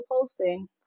posting